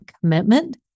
commitment